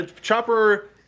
Chopper